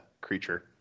creature